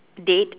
date